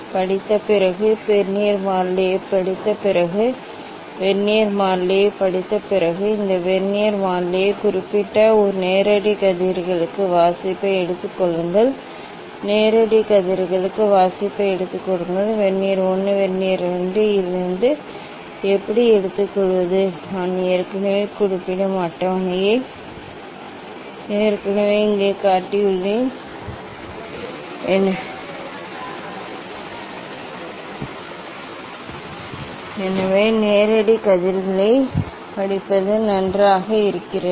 படித்த பிறகு வெர்னியர் மாறிலியைப் படித்த பிறகு வெர்னியர் மாறிலியைப் படித்த பிறகு இந்த வெர்னியர் மாறிலியைக் குறிப்பிட்டு நேரடி கதிர்களுக்கு வாசிப்பை எடுத்துக் கொள்ளுங்கள் நேரடி கதிர்களுக்கு வாசிப்பை எடுத்துக் கொள்ளுங்கள் வெர்னியர் 1 வெர்னியர் 2 இலிருந்து எப்படி எடுத்துக்கொள்வது நான் ஏற்கனவே குறிப்பிடும் அட்டவணையை ஏற்கனவே இங்கே காட்டியுள்ளேன் எனவே நேரடி கதிர்களைப் படிப்பது நன்றாக இருக்கிறது